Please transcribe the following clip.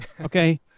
Okay